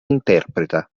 interpreta